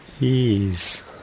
Ease